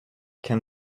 can